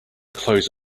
close